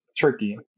Turkey